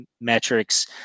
metrics